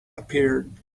appeared